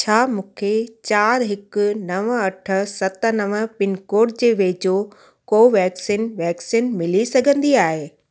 छा मूंखे चारि हिकु नव अठ सत नव पिनकोड जे वेझो कोवैक्सीन वैक्सीन मिली सघंदी आहे